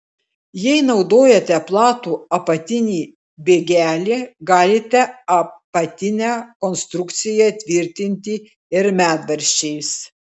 jei naudojate platų apatinį bėgelį galite apatinę konstrukciją tvirtinti ir medvaržčiais